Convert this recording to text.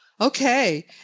Okay